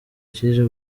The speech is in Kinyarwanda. kije